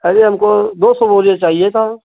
अरे हमको दो सौ बोरियाँ चाहिए था